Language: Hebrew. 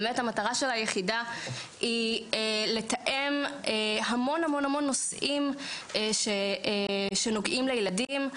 באמת המטרה של היחידה היא לתאם המון נושאים שנוגעים לילדים.